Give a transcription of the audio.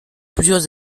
plusieurs